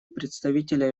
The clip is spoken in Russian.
представителя